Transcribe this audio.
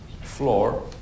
floor